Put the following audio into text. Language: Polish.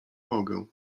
mogę